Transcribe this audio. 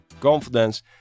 confidence